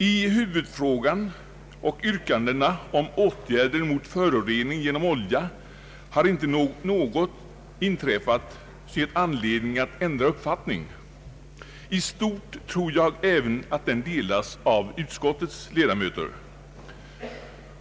I huvudfrågan — beträffande yrkandena om åtgärder mot förorening genom olja — har inte något inträffat som givit mig anledning att ändra uppfattning. Jag tror att den i stort delas även av utskottets ledamöter.